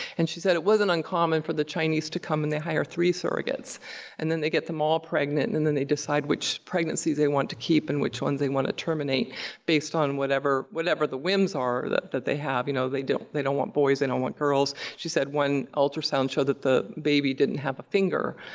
and she said it wasn't uncommon for the chinese to come and they hire three surrogates and then they get them all pregnant and then they decide which pregnancies they want to keep and which ones they want to terminate based on whatever whatever the whims are that that they have. you know they don't they don't want boys, they don't want girls. she said that one ultrasound showed that the baby didn't have a finger,